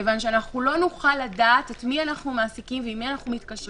כיוון שאנחנו לא נוכל לדעת את מי אנחנו מעסיקים ועם מי אנחנו מתקשרים.